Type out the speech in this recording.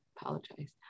Apologize